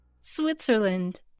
Switzerland